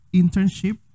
internship